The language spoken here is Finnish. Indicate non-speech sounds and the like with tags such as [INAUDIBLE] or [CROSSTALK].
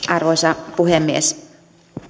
[UNINTELLIGIBLE] arvoisa puhemies